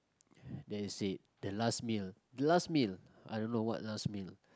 then you said the last meal the last meal I don't know what last meal